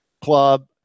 club